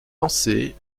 lancé